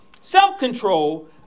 self-control